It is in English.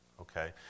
okay